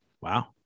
Wow